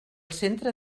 centre